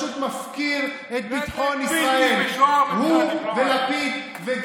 מבחינה דיפלומטית הוא עשה נזק בלתי ישוער.